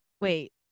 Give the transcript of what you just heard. wait